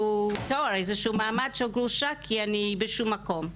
איזשהו מעמד של גרושה כי אני בשום מקום.